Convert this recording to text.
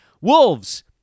Wolves